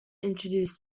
introduced